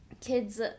kids